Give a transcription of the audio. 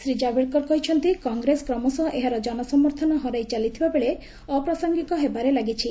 ଶ୍ରୀ ଜାବ୍ଡେକର କହିଛନ୍ତି କଂଗ୍ରେସ କ୍ରମଶଃ ଏହାର ଜନ ସମର୍ଥନ ହରାଇ ଚାଲିଥିବାବେଳେ ଅପ୍ରାସଙ୍ଗିକ ହେବାରେ ଲାଗିଛି